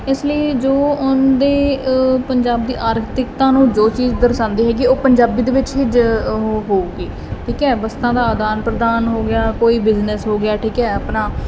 ਇਸ ਲਈ ਜੋ ਉਹਦੇ ਪੰਜਾਬ ਦੀ ਆਰਥਿਕਤਾ ਨੂੰ ਜੋ ਚੀਜ਼ ਦਰਸਾਉਂਦੀ ਹੈਗੀ ਉਹ ਪੰਜਾਬੀ ਦੇ ਵਿੱਚ ਹੀ ਜ ਹੋਊਗੀ ਠੀਕ ਹੈ ਵਸਤਾਂ ਦਾ ਆਦਾਨ ਪ੍ਰਦਾਨ ਹੋ ਗਿਆ ਕੋਈ ਬਿਜ਼ਨਸ ਹੋ ਗਿਆ ਠੀਕ ਹੈ ਆਪਣਾ